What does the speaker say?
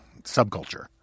subculture